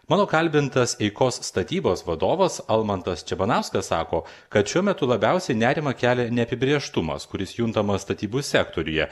mano kalbintas eikos statybos vadovas almantas čebanauskas sako kad šiuo metu labiausiai nerimą kelia neapibrėžtumas kuris juntamas statybų sektoriuje